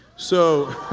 so.